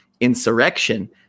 insurrection